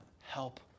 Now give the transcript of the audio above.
help